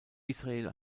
israel